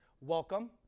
welcome